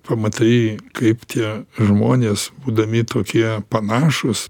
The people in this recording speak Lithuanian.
pamatai kaip tie žmonės būdami tokie panašūs